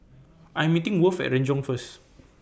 I'm meeting Worth At Renjong First